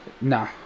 Nah